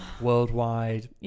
worldwide